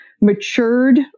matured